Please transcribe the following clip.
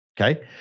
Okay